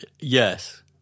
Yes